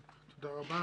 תודה רבה,